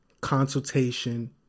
consultation